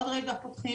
עוד רגע פותחים,